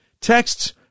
Texts